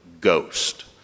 ghost